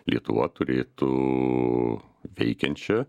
lietuva turėtų veikiančią